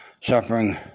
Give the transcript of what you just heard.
suffering